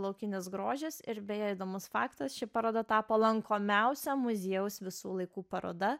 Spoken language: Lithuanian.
laukinis grožis ir beje įdomus faktas ši paroda tapo lankomiausia muziejaus visų laikų paroda